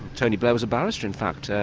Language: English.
tony blair was a barrister, in fact.